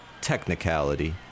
technicality